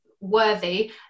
worthy